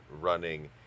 running